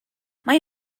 mae